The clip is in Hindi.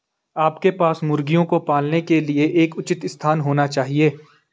आपके पास मुर्गियों को पालने के लिए एक उचित स्थान होना चाहिए